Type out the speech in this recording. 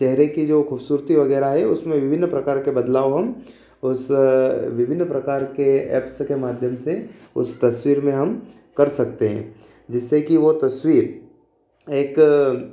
चेहरे कि जो खूबसूरती वगैरह है उसमें विभिन्न प्रकार के बदलाव हम उस विभिन्न प्रकार के एप्प्स के माध्यम से उस तस्वीर में हम कर सकते हैं जिससे कि वो तस्वीर एक